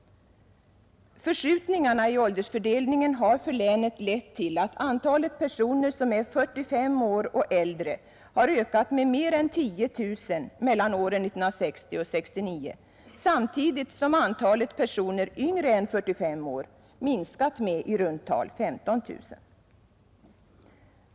Förskjutningarna i åldersfördelningen har för länet lett till att antalet personer som är 45 år och äldre har ökat med mer än 10 000 mellan åren 1960 och 1969, samtidigt som antalet personer yngre än 45 år minskat med i runt tal 15 000.